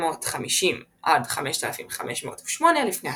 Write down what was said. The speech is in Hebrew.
5508–2750 לפנה"ס,